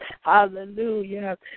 hallelujah